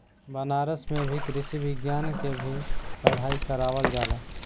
बनारस में भी कृषि विज्ञान के भी पढ़ाई करावल जाला